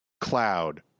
cloud